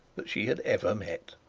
that she had ever met.